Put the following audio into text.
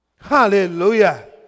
Hallelujah